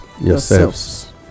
yourselves